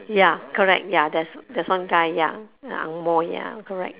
ya correct ya there's there's one guy ya angmoh ya correct